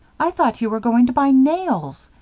i thought you were going to buy nails.